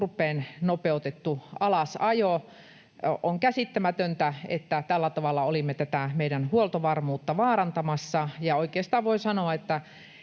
turpeen nopeutettu alasajo. On käsittämätöntä, että tällä tavalla olimme tätä meidän huoltovarmuuttamme vaarantamassa, ja oikeastaan voi sanoa, että